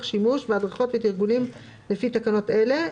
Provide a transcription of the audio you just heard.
שימוש בהדרכות ותרגולים לפי תקנות אלה,